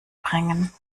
bringen